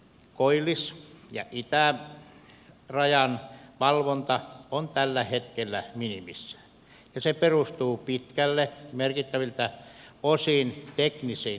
koillis ja itärajan valvonta on tällä hetkellä minimissään ja se perustuu pitkälle merkittäviltä osin teknisiin laitteistoihin